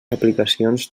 aplicacions